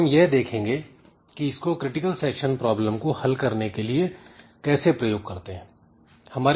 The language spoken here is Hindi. अब हम यह देखेंगे कि इसको क्रिटिकल सेक्शन प्रॉब्लम को हल करने के लिए कैसे प्रयोग करते हैं